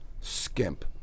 skimp